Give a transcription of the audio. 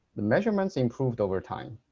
the measurements improved over time.